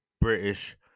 British